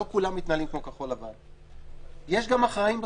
לא כולם מתנהלים כמו כחול לבן, יש גם אחראים בסוף,